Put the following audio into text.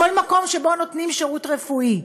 כל מקום שבו נותנים שירות רפואי,